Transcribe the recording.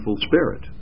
spirit